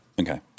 Okay